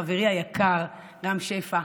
חברי היקר רם שפע.